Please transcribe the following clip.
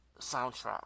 Soundtrack